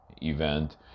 event